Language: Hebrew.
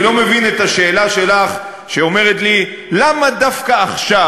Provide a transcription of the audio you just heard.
אני לא מבין את השאלה שלך שאומרת לי: למה דווקא עכשיו?